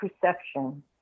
perception